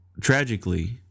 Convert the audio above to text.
tragically